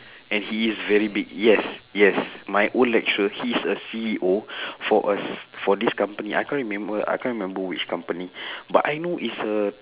and he is very big yes yes my old lecturer he's a C_E_O for a s~ this company I can't remember I can't remember which company but I know it's a